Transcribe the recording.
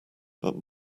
but